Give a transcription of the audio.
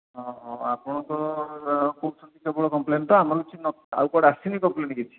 ହଁ ହଁ ଆପଣଙ୍କର କହୁଛନ୍ତି କେବଳ କମ୍ପ୍ଲେନ୍ ତ ଆମର କିଛି ଆଉ କୁଆଡେ ଆସିନି କମ୍ପ୍ଲେନ୍ କିଛି